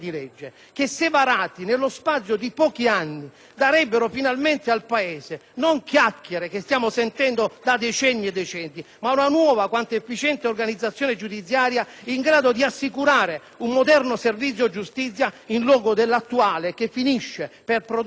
al Paese non le chiacchiere che stiamo sentendo da molti decenni, ma una nuova quanto efficiente organizzazione giudiziaria, in grado di assicurare un moderno servizio giustizia in luogo dell'attuale che finisce per produrre, nella maggior parte dei casi, vera e propria «denegata giustizia».